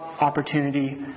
opportunity